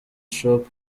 shop